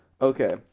Okay